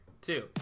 two